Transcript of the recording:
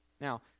Now